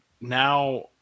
now